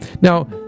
Now